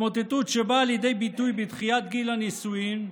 התמוטטות שבאה לידי ביטוי בדחיית גיל הנישואים,